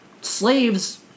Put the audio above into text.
slaves